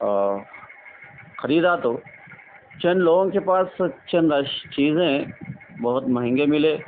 اور خریدا تو چند لوگوں کے پاس چند ایسی چیزیں بہت مہنگے ملے